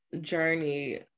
journey